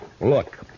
Look